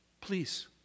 Please